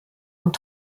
und